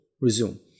resume